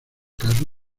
caso